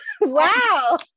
Wow